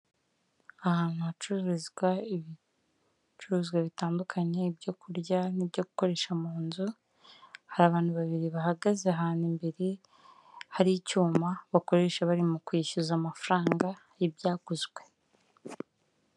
Ahantu hacururizwa ibicuruzwa bitandukanye, ibyo kurya n'ibyo gukoresha mu nzu, hari abantu babiri bahagaze ahantu imbere hari icyuma bakoresha bari mu kwishyuza amafaranga y'ibyaguzwe.